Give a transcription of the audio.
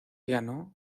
ganó